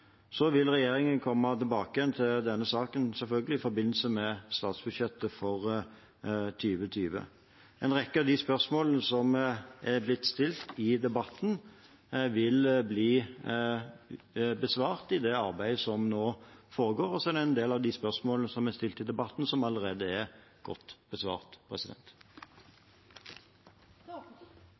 Så vil regjeringen komme tilbake til denne saken, selvfølgelig, i forbindelse med statsbudsjettet for 2020. En rekke av de spørsmålene som er blitt stilt i debatten, vil bli besvart i det arbeidet som nå pågår. Og en del av de spørsmålene som er stilt i debatten, er allerede godt besvart.